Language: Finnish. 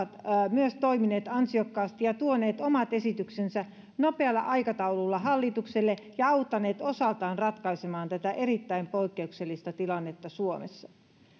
ovat toimineet ansiokkaasti ja tuoneet omat esityksensä nopealla aikataululla hallitukselle ja auttaneet osaltaan ratkaisemaan tätä erittäin poikkeuksellista tilannetta suomessa